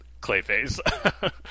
Clayface